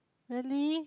really